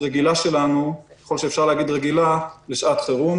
רגילה שלנו ככל שאפשר להגיד רגילה לשעת חירום.